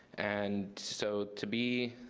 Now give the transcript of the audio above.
and so to be